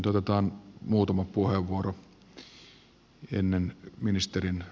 otetaan muutama puheenvuoro ennen ministerien